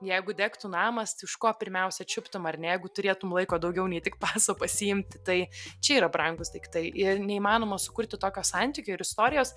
jeigu degtų namas tai už ko pirmiausia čiuptum ar ne jeigu turėtum laiko daugiau nei tik paso pasiimti tai čia yra brangūs daiktai ir neįmanoma sukurti tokio santykio ir istorijos